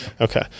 Okay